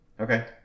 Okay